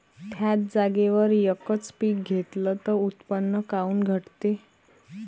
थ्याच जागेवर यकच पीक घेतलं त उत्पन्न काऊन घटते?